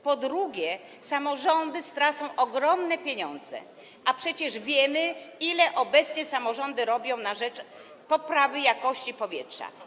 Po drugie, samorządy stracą ogromne pieniądze, a przecież wiemy, ile obecnie robią one na rzecz poprawy jakości powietrza.